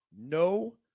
No